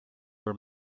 were